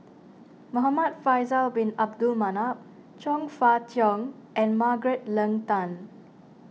Muhamad Faisal Bin Abdul Manap Chong Fah Cheong and Margaret Leng Tan